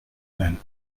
then